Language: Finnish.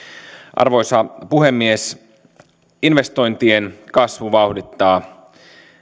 arvoisa puhemies investointien kasvu vauhdittaa